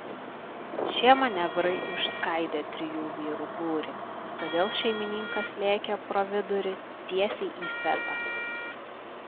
šie manevrai išskaidė trijų vyrų būrį todėl šeimininkas lėkė pro vidurį tiesiai į fetą